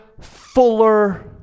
fuller